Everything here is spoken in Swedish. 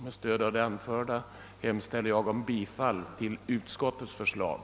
Med stöd av det anförda hemställer jag om bifall till utskottets förslag.